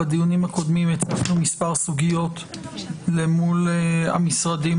בדיונים הקודמים הצגנו מספר סוגיות מול המשרדים